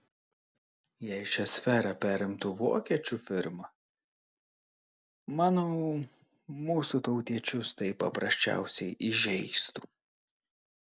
jei šią sferą perimtų vokiečių firma manau mūsų tautiečius tai paprasčiausiai įžeistų